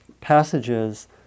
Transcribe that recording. passages